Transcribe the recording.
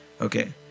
Okay